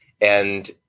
And-